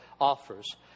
offers